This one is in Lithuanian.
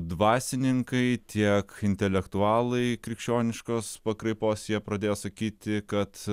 dvasininkai tiek intelektualai krikščioniškos pakraipos jie pradėjo sakyti kad